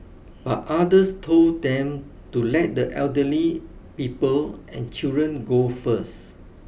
but others told them to let the elderly people and children go first